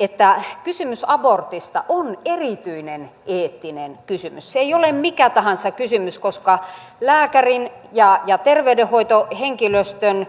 että kysymys abortista on erityinen eettinen kysymys se ei ole mikä tahansa kysymys koska lääkärin ja ja terveydenhoitohenkilöstön